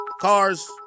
cars